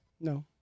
No